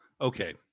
okay